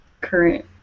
current